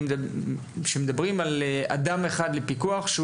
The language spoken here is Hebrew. כשמדברים על אדם אחד לפיקוח,